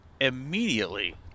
immediately